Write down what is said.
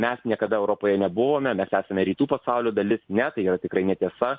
mes niekada europoje nebuvome mes esame rytų pasaulio dalis ne tai yra tikrai netiesa